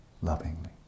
lovingly